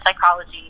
psychology